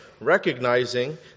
recognizing